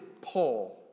Paul